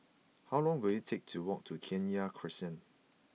how long will it take to walk to Kenya Crescent